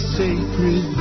sacred